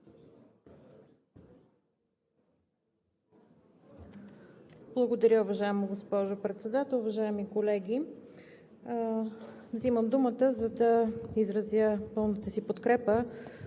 Благодаря, уважаема госпожо Председател. Уважаеми колеги, взимам думата, за да изразя пълната си подкрепа